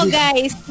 guys